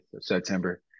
September